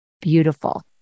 Beautiful